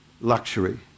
luxury